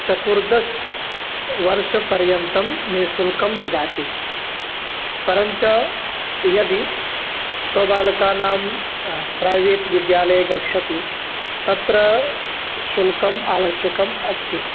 चतुर्दशवर्षपर्यन्तं निःशुल्कं ददाति परञ्च यदि स्वबालकानां प्रैवेट् विद्यालये गच्छति तत्र शुल्कम् आवश्यकम् अस्ति